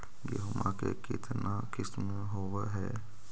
गेहूमा के कितना किसम होबै है?